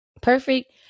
perfect